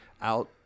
out